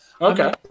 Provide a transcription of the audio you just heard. Okay